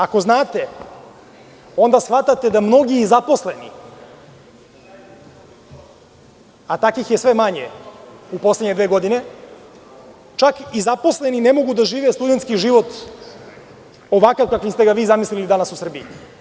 Ako znate, onda shvatate da mnogi i zaposleni, a takvih je sve manje u poslednje dve godine, ne mogu da žive studentski život ovakav kakvim ste ga vi zamislili danas u Srbiji.